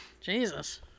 Jesus